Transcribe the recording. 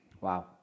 Wow